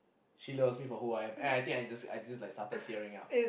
she loves me for who I am and I think I just like I just started tearing up